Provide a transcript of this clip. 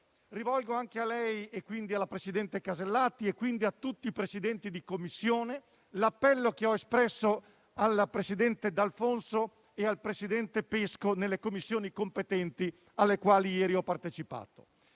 Presidente, così come alla presidente Casellati e a tutti i Presidenti di Commissione, l'appello che ho espresso al presidente d'Alfonso e al presidente Pesco nelle Commissioni competenti alle quali ieri ho partecipato.